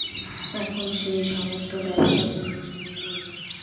এখন সেই সমস্ত ব্যবসা গুলো শুরু করবো